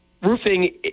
roofing